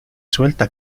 suelta